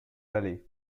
valley